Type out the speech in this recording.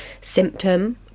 symptom